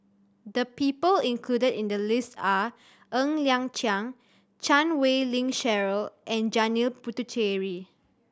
the people included in the list are Ng Liang Chiang Chan Wei Ling Cheryl and Janil Puthucheary